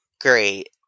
Great